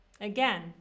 again